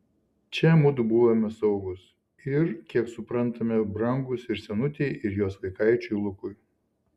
čia mudu buvome saugūs ir kiek suprantame brangūs ir senutei ir jos vaikaičiui lukui